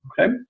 okay